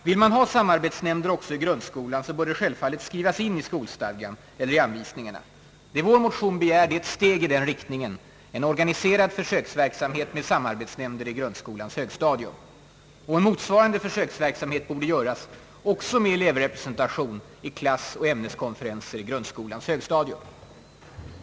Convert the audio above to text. Vill man ha samarbetsnämnder också i grundskolan bör det självfallet skrivas in i skolstadgan eller i anvisningarna. Vad vår motion begär är ett steg i den riktningen: en organiserad försöksverksamhet med samarbetsnämnder på grundskolans högstadium. Och en motsvarande försöksverksamhet borde göras också med elevrepresentation i klassoch ämneskonferenser på grundskolans högstadium.